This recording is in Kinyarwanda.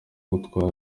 gutwara